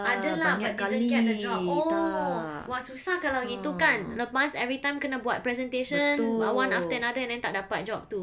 ada lah but didn't get the job oh !wah! susah kalau gitu kan lepas everytime kena buat presentation one after the other and then tak dapat job tu